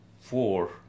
four